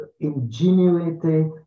ingenuity